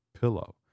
pillow